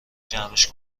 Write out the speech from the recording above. جمعش